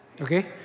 okay